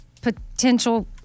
potential